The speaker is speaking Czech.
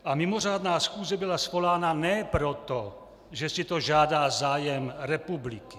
A mimořádná schůze byla svolána ne proto, že si to žádá zájem republiky.